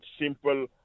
simple